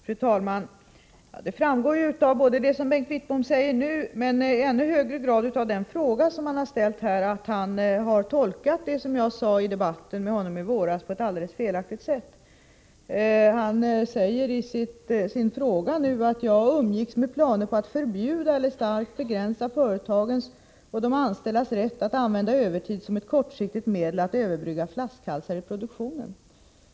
Fru talman! Det framgår av både det som Bengt Wittbom säger nu men i ännu högre grad av den fråga han har ställt, att han har tolkat det som jag sade i debatten med honom i våras på ett alldeles felaktigt sätt. Han säger i sin fråga att jag umgicks med planer på att styra eller starkt begränsa företagens och de anställdas rätt att använda övertid som ett kortsiktigt medel att överbrygga flaskhalsarna i produktionen.